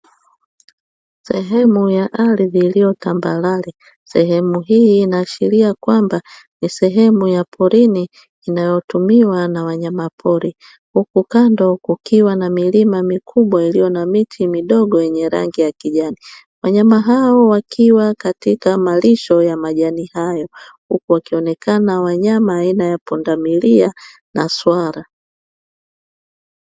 Sehemu ya ardhi iliyo tambarare. Sehemu hii inaashiria kwamba ni sehemu ya porini inayotumiwa na wanyamapori huku kando kukiwa na milima mikubwa iliyo na miti midogo yenye rangi ya kijani. Wanyama hao wakiwa katika malisho ya majani hayo, huku wakionekana wanyama aina ya pundamilia na swala.